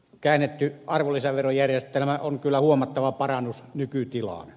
käännetty arvonlisäverojärjestelmä on kyllä huomattava parannus nykytilaan